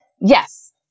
Yes